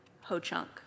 Ho-Chunk